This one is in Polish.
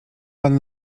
pan